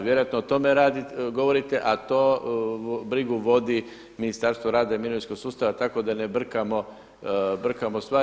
Vjerojatno o tome govorite, a to brigu vodi Ministarstvo rada i mirovinskog sustava, tako da ne brkamo stvari.